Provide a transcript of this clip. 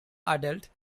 adult